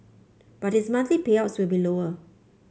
but his monthly payouts will be lower